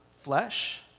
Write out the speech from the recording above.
flesh